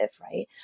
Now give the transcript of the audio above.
right